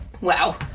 Wow